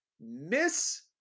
miss